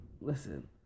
listen